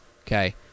Okay